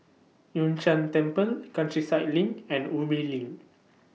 Yun Shan Temple Countryside LINK and Ubi LINK